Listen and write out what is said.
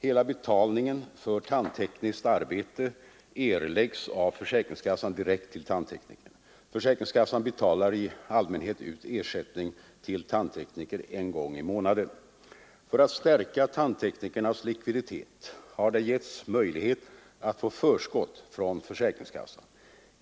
Hela betalningen för tandtekniskt arbete erläggs av försäkringskassan direkt till tandteknikern. Försäkringskassan betalar i allmänhet ut ersättning till tandtekniker en gång i månaden. För att stärka tandteknikernas likviditet har de getts möjlighet att få förskott från försäkringskassan.